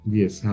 yes